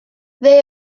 they